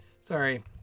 Sorry